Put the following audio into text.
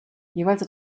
jeweils